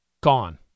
Gone